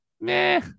meh